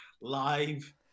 live